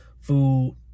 food